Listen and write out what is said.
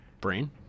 Brain